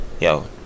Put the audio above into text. Yo